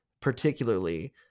particularly